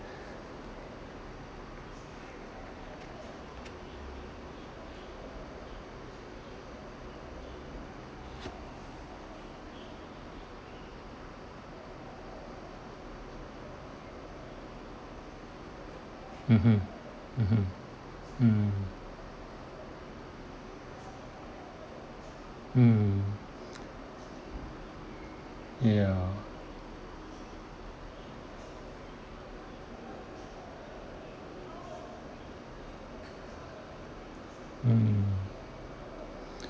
mmhmm mmhmm mm mm ya mm